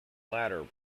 latter